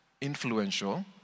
influential